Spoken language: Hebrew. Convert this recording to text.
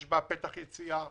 יש בה פתח יציאה.